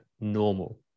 normal